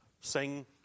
sing